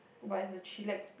but it's a chillax